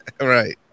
Right